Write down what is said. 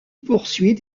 poursuit